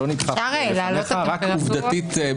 עובדתית,